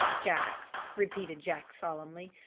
jaggs, repeated jack solemnly.